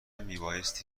میبایستی